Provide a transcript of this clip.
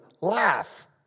Laugh